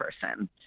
person